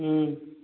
हुँ